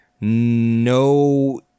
no